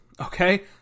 Okay